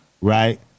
Right